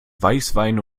weißwein